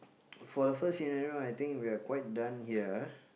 for the first scenario one I think we are quite done here